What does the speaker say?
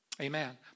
Amen